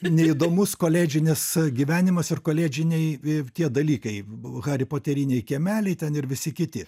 neįdomus koledžinis gyvenimas ir koledžiniai tie dalykai hari poteriniai kiemeliai ten ir visi kiti